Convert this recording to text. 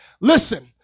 Listen